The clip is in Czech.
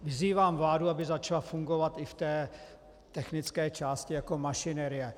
Vyzývám vládu, aby začala fungovat i v technické části jako mašinérie.